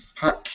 pack